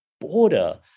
border